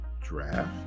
draft